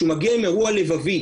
כשהוא מגיע עם אירוע לבבי,